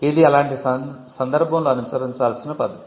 ఇది అలాంటి సందర్భంలో అనుసరించాల్సిన పద్ధతి